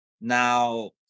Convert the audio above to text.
Now